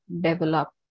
develop